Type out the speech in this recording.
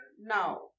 Now